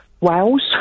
Wales